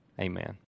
Amen